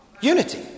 Unity